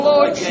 Lord